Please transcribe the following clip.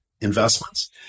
investments